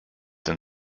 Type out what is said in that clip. denn